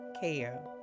care